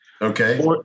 Okay